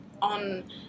on